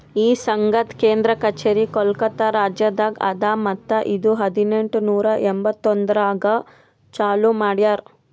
ಈ ಸಂಘದ್ ಕೇಂದ್ರ ಕಚೇರಿ ಕೋಲ್ಕತಾ ರಾಜ್ಯದಾಗ್ ಅದಾ ಮತ್ತ ಇದು ಹದಿನೆಂಟು ನೂರಾ ಎಂಬತ್ತೊಂದರಾಗ್ ಚಾಲೂ ಮಾಡ್ಯಾರ್